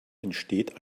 entsteht